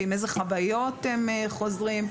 עם איזה חוויות הם חוזרים.